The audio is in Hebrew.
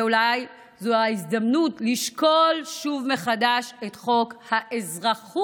ואולי זו ההזדמנות לשקול שוב מחדש את חוק הדרכונים,